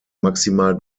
maximal